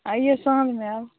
आइये शाममे आयब